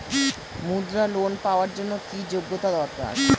মুদ্রা লোন পাওয়ার জন্য কি যোগ্যতা দরকার?